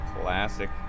classic